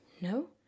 no